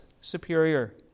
superior